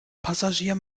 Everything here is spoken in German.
passagier